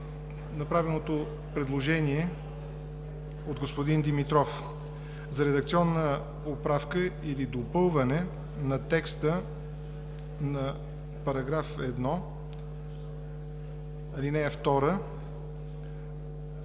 направеното предложение от господин Димитров за редакционна поправка или допълване на текста на § 1, ал. 2